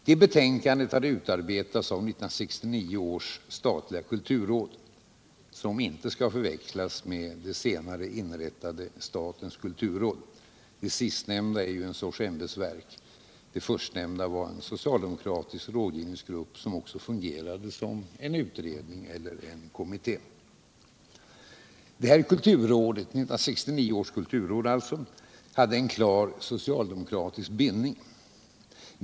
Det hade utarbetats av 1969 års statliga kulturråd — som inte skall förväxlas med det senare inrättade statens kulturråd. Det sistnämnda är ett slags ämbetsverk. Det förstnämnda var en soctialdemokratisk rådgivningsgrupp som också fungerade som cen utredning eller en kommitté. 1969 års kulturråd hade alltså en klar socialdemokratisk bindning.